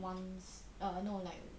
once err no like